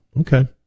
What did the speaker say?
okay